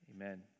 Amen